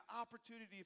opportunity